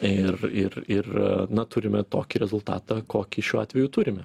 ir ir ir na turime tokį rezultatą kokį šiuo atveju turime